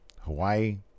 Hawaii